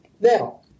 Now